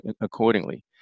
accordingly